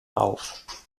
auf